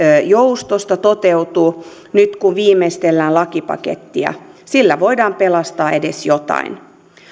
joustosta toteutuu nyt kun viimeistellään lakipakettia sillä voidaan pelastaa edes jotain